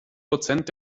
prozent